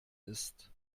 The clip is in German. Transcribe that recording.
ist